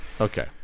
Okay